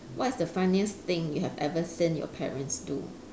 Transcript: what is the funniest thing you have ever seen your parents do